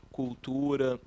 cultura